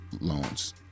loans